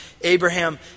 Abraham